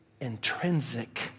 intrinsic